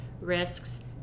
risks